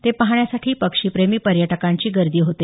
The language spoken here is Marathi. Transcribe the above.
ते पाहण्यासाठी पक्षीप्रेमी पर्यटकांची गर्दी होते